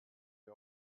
wir